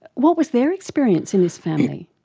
what was their experience in this family?